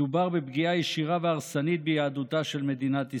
מדובר בפגיעה ישירה והרסנית ביהדותה של מדינת ישראל.